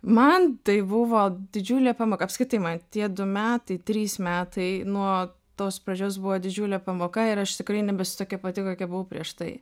man tai buvo didžiulė pamoka apskritai man tie du metai trys metai nuo tos pradžios buvo didžiulė pamoka ir aš tikrai nebesu tokia pati kokia buvau prieš tai